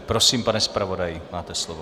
Prosím, pane zpravodaji, máte slovo.